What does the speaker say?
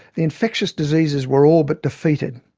the infectious diseases were all but defeated.